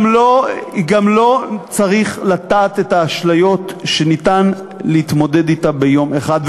גם לא צריך לטעת את האשליות שאפשר להתמודד אתה ביום אחד.